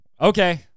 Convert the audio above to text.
okay